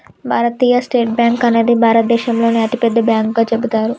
భారతీయ state bank అనేది భారతదేశంలోనే అతిపెద్ద బ్యాంకుగా చెబుతారు